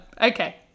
Okay